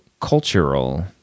cultural